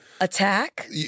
Attack